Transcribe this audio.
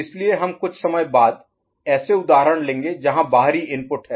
इसलिए हम कुछ समय बाद ऐसे उदाहरण लेंगे जहां बाहरी इनपुट है